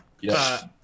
Yes